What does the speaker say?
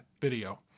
video